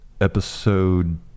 Episode